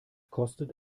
kostet